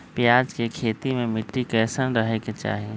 प्याज के खेती मे मिट्टी कैसन रहे के चाही?